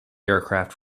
aircraft